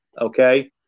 Okay